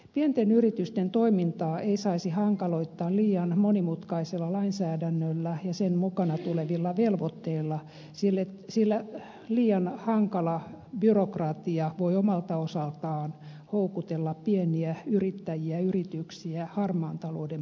pienten yritysten toimintaa ei saisi hankaloittaa liian monimutkaisella lainsäädännöllä ja sen mukana tulevilla velvoitteilla sillä liian hankala byrokratia voi omalta osaltaan houkutella pieniä yrittäjiä ja yrityksiä harmaan talouden puolelle